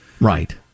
Right